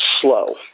slow